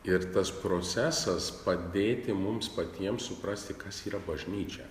ir tas procesas padėti mums patiems suprasti kas yra bažnyčia